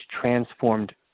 transformed